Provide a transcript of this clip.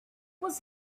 was